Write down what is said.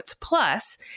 Plus